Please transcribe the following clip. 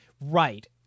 Right